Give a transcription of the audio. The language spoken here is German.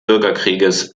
bürgerkrieges